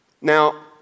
Now